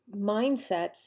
mindsets